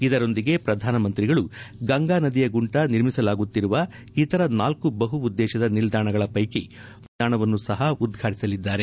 ಇದರೊಂದಿಗೆ ಪ್ರಧಾನಮಂತ್ರಿಗಳು ಗಂಗಾ ನದಿಯ ಗುಂಟ ನಿರ್ಮಿಸಲಾಗುತ್ತಿರುವ ಇತರ ನಾಲ್ಕು ಬಹು ಉದ್ದೇಶದ ನಿಲ್ದಾಣಗಳ ಪೈಕಿ ಮೊದಲನೆಯ ನಿಲ್ದಾಣವನ್ನೂ ಸಹ ಉದ್ಘಾಟಿಸಲಿದ್ದಾರೆ